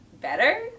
better